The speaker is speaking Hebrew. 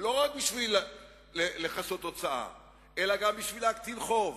לא רק בשביל לכסות הוצאה אלא גם בשביל להקטין חוב,